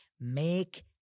Make